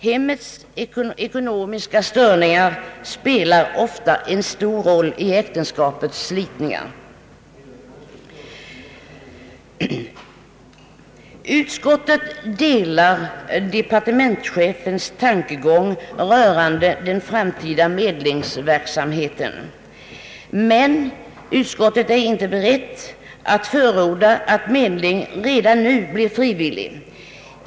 Hemmets ekonomiska störningar spelar ofta en stor roll i äktenskapets slitningar. Utskottet delar departementschefens tankegång rörande den framtida medlingsverksamheten, men utskottet är inte berett att förorda att medlingen redan nu blir frivillig.